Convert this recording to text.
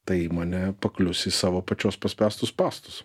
ta įmonė paklius į savo pačios paspęstus spąstus